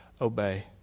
Obey